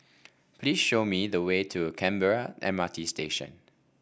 please show me the way to Canberra M R T Station